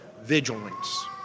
vigilance